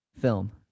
Film